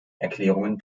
erklärungen